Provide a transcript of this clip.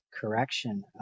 correction